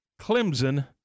Clemson